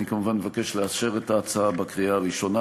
אני כמובן מבקש לאשר את ההצעה בקריאה הראשונה.